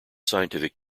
scientific